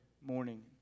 morning